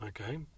Okay